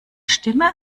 stimme